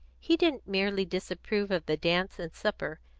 he didn't merely disapprove of the dance and supper,